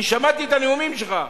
אני שמעתי את הנאומים שלך.